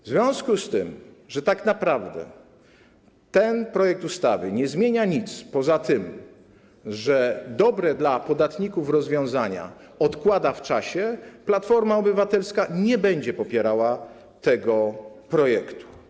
W związku z tym, że tak naprawdę ten projekt ustawy nie zmienia nic poza tym, że dobre dla podatników rozwiązania odkłada w czasie, Platforma Obywatelska nie będzie popierała tego projektu.